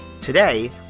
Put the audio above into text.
Today